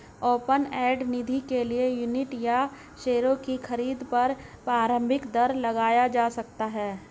open end निधि के लिए यूनिट या शेयरों की खरीद पर प्रारम्भिक दर लगाया जा सकता है